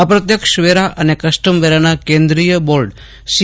અપ્રત્યક્ષ વેરા અને કસ્ટમવેરાના કેન્દ્રિય બોર્ડ સી